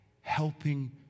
helping